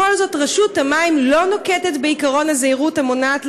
בכל זאת רשות המים לא נוקטת את עקרון הזהירות המונעת,